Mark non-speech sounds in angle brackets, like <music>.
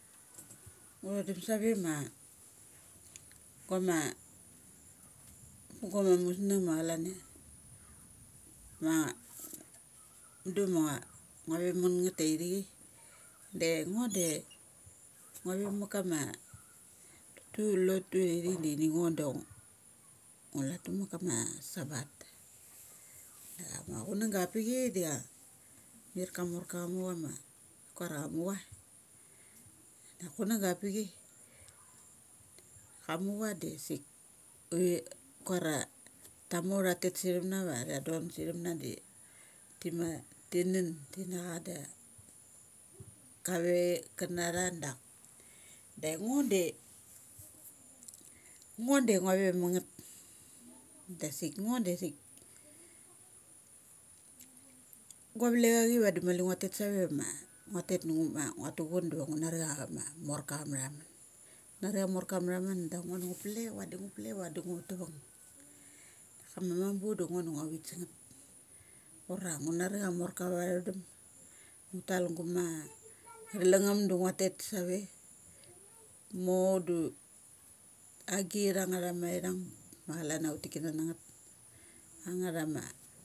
<noise> ngu thodum sa ve ma guama, guama musnung ma chalan ma mudu ma ngua ve mar ngeth taithi chai <noise> de ngo de <noise> nguve ve ma kama tu lotu aithaik de ngo da ngu, latuma kama sabbath. Da ma chunang ga avapi chai da cha mirka mork na cha mu cha ma ti kuar a cha mu cha, da kun ang ga ava pi chai ka mu cha dasik ti kuar a ta mor tha mor tha tet satham na va tha don satham na de ti ma ti nun. A da kave chana tha dak, ai ngo de ngo de ngua ve ma ngeth dasik ngo dasik gua vle achi dasik ngua tet ngua tet save ma du ngu ma ngua ti chun diva ngu na ri a morka ava matha man. Ngn nari a morka ava mathamun, amorka ava mathamur da ngo du ngu plek vadi ngu plek vadi ngu tavung. Kama mambu da ngo da ngua vit sa ngeth, ura ngu nari amorka ava thodam ngu tal guma <noise> thalangngum da ngua tet save. Umo du gitang nga tha ma ithang ma chalan a uti kana na ngeth ang nga tha ma.